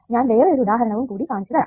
ഞാൻ വേറെയൊരു ഉദാഹരണവും കൂടി കാണിച്ചു തരാം